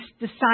decide